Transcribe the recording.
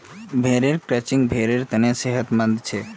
भेड़ेर क्रचिंग भेड़ेर तने सेहतमंद छे